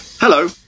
Hello